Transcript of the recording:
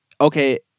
okay